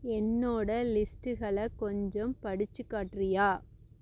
என்னோடய லிஸ்ட்டுகளை கொஞ்சம் படிச்சுக் காட்டுறியா